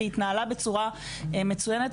והיא התנהלה בצורה מצוינת.